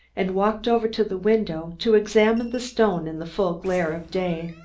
and walked over to the window to examine the stone in the full glare of day.